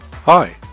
Hi